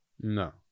No